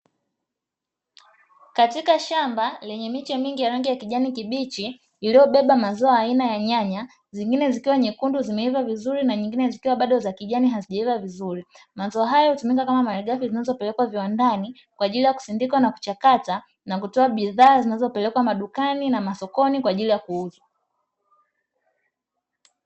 Katika shamba lenye miche mingi ya rangi ya kijani kibichi, iliyobeba mazao aina ya nyanya zingine zikiwa nyekundu zimeiva vizuri na nyingine zikiwa bado za kijani hazijaiva vizuri. Mazao hayo hutumika kama malghafi zinazopelekwa viwandani, kwa ajili ya kusindika na kuchakata na kutoa bidhaa zinazopelekwa madukani na masokoni kwa ajili ya kuuzwa.